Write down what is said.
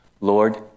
Lord